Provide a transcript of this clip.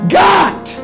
got